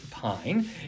Pine